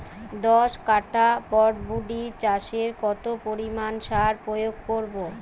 দশ কাঠা বরবটি চাষে কত পরিমাণ সার প্রয়োগ করব?